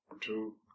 two